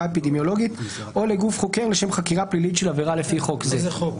אפידמיולוגית או לגוף חוקר לשם חקירה פלילית של עבירה לפי חוק זה"; איזה חוק?